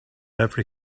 every